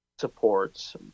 supports